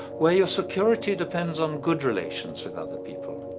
where your security depends on good relations with other people?